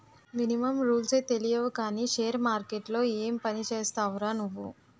Minimum రూల్సే తెలియవు కానీ షేర్ మార్కెట్లో ఏం పనిచేస్తావురా నువ్వు?